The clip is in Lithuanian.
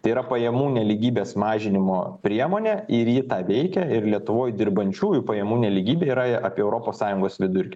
tai yra pajamų nelygybės mažinimo priemonė ir ji tą veikia ir lietuvoj dirbančiųjų pajamų nelygybė yra apie europos sąjungos vidurkį